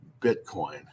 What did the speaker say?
Bitcoin